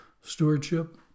stewardship